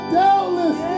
doubtless